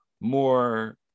more